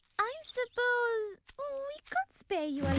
i suppose we could spare you